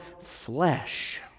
flesh